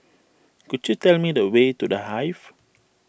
could you tell me the way to the Hive